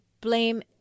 blame